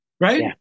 Right